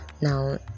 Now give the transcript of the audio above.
now